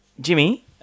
Jimmy